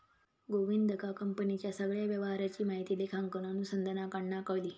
गोविंदका कंपनीच्या सगळ्या व्यवहाराची माहिती लेखांकन अनुसंधानाकडना कळली